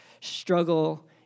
struggle